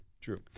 True